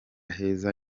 heza